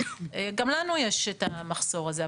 גם לנו יש את המחסור הזה.